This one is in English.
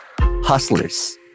hustlers